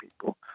people